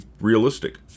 realistic